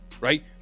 right